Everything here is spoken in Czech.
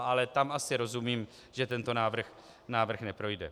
Ale tam asi rozumím, že tento návrh neprojde.